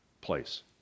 place